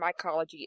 mycology